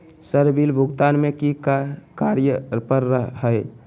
Sir bill भुगतान में की की कार्य पर हहै?